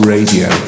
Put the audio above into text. Radio